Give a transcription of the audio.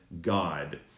God